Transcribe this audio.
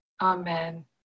amen